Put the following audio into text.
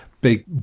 Big